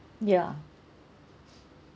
ya